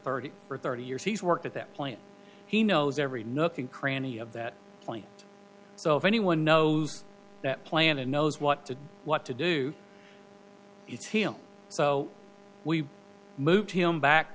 thirty or thirty years he's worked at that plant he knows every nothing cranny of that plant so if anyone knows that plan and knows what to do what to do it's him so we moved him back